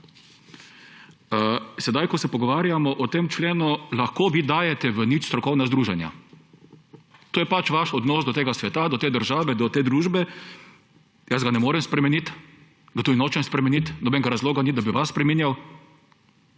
vljudno. Ko se pogovarjamo o tem členu, lahko vi dajete v nič strokovna združenja. To je pač vaš odnos do tega sveta, do te države, do te družbe. Jaz ga ne morem spremeniti, ga tudi nočem spremeniti, nobenega razloga ni, da bi vas spreminjal,